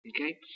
okay